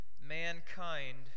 Mankind